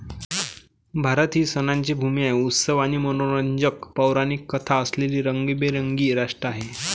भारत ही सणांची भूमी आहे, उत्सव आणि मनोरंजक पौराणिक कथा असलेले रंगीबेरंगी राष्ट्र आहे